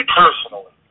personally